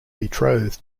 betrothed